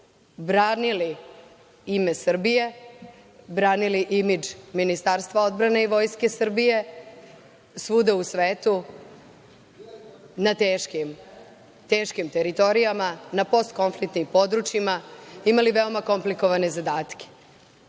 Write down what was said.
branili ime Srbije, branili imidž Ministarstva odbrane i Vojske Srbije svuda u svetu, na teškim teritorijama, na postkonfliktnim područjima, imali veoma komplikovane zadatke. Ovim